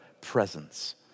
presence